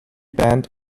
band